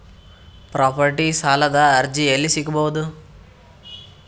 Property ಸಾಲದ ಅರ್ಜಿ ಎಲ್ಲಿ ಸಿಗಬಹುದು?